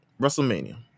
WrestleMania